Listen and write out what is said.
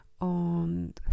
on